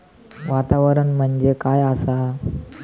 वातावरण म्हणजे काय आसा?